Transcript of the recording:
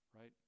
right